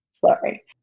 Sorry